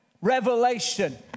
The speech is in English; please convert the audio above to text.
revelation